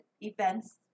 events